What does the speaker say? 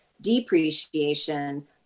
depreciation